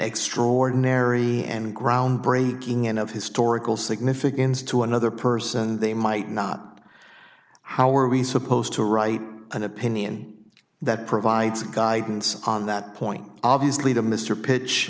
extraordinary and groundbreaking and of historical significance to another person they might not how are we supposed to write an opinion that provides guidance on that point obviously to mr pitch